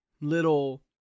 little